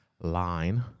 line